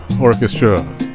Orchestra